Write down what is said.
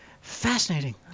fascinating